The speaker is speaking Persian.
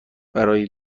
برای